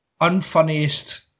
unfunniest